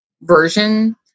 version